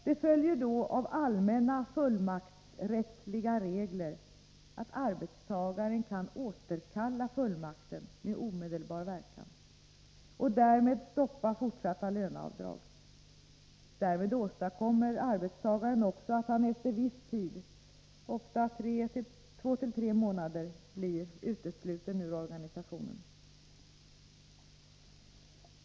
Det följer då av allmänna fullmaktsrättsliga regler att arbetstagaren kan återkalla fullmakten med omedelbar verkan och därmed stoppa fortsatta löneavdrag. Därmed åstadkommer arbetstagaren också att han efter viss tid, ofta två till tre månader, blir utesluten ur organisationen.